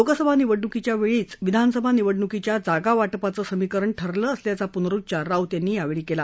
लोकसभा निवडणुकीच्या वेळीच विधानसभा निवडणुकीच्या जागावाटपाचं समीकरण ठरलं असल्याचा पुनरुच्चार राऊत यांनी यावेळी केला